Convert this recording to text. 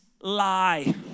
lie